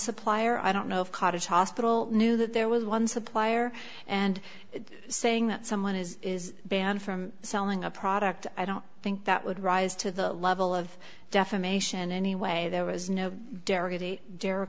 supplier i don't know of cottage hospital knew that there was one supplier and saying that someone is is banned from selling a product i don't think that would rise to the level of defamation anyway there was no